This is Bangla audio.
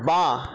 বাঁ